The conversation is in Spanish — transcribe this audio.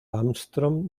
armstrong